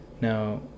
Now